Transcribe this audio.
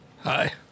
Hi